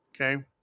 okay